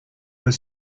was